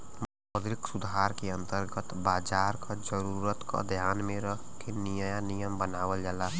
मौद्रिक सुधार के अंतर्गत बाजार क जरूरत क ध्यान में रख के नया नियम बनावल जाला